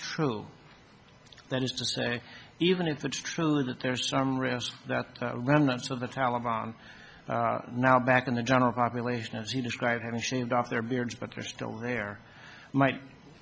true that is to say even if it's true that there is some risk that remnants of the taliban now back in the general population as he described having shaved off their beards but they're still there might